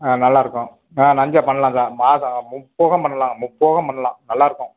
ஆ நல்லா இருக்கும் ஆ நஞ்ச பண்ணலாம் சார் மாசம் முப்போகம் பண்ணலாம் முப்போகம் பண்ணலாம் நல்லாயிருக்கும்